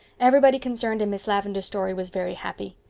everybody concerned in miss lavendar's story was very happy.